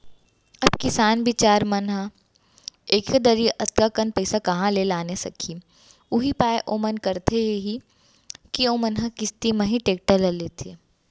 अब किसान बिचार मन ह एके दरी अतका कन पइसा काँहा ले लाने सकही उहीं पाय ओमन करथे यही के ओमन ह किस्ती म ही टेक्टर ल लेथे